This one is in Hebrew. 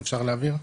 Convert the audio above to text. שקף הבא,